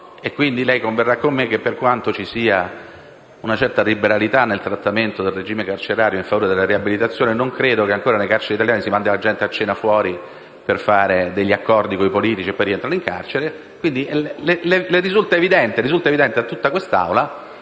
E, quindi, lei converrà con me che, per quanto vi sia una certa liberalità nel trattamento del regime carcerario a favore della riabilitazione, non credo che nelle carceri italiane si facciano uscire i detenuti per andare a cena e fare accordi con i politici e poi farli rientrare in carcere. Quindi, risulta evidente a tutta quest'Aula